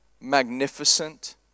magnificent